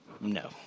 no